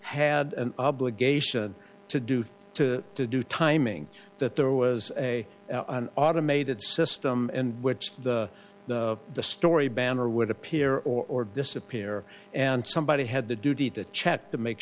had an obligation to do to do timing that there was a automated system and which the the the story banner would appear or disappear and somebody had the duty to check to make